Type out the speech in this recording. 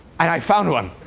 i found one.